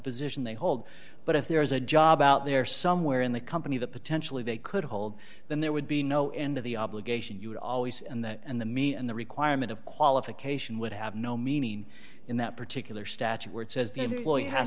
position they hold but if there is a job out there somewhere in the company that potentially they could hold then there would be no end of the obligation you would always and the me and the requirement of qualification would have no meaning in that particular statute word says the employee has